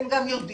הם גם יודעים,